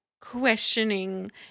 questioning